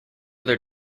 other